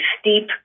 steep